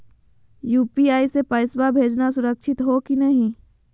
UPI स पैसवा भेजना सुरक्षित हो की नाहीं?